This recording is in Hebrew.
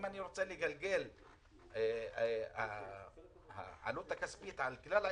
אם אני רוצה לגלגל את העלות הכספית על כלל האזרחים,